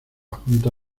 junta